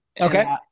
okay